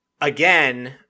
Again